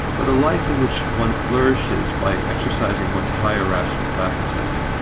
but a life in which one flourishes by exercising one's higher rational faculties.